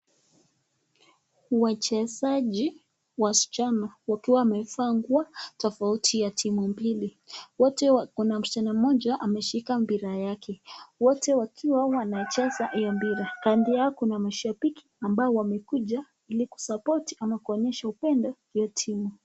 Wachezaji wasichana wakiwa wamevaa mavazi tofauti ya timu mbili. Wote kuna msichana mmoja ameshika mpira yake. Wote wakiwa wanacheza hiyo mpira kando yao kuna mashabiki ambao wamekuja ili kusapoti ama kuonyesha upendo hiyo timu.